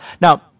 Now